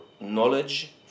knowledge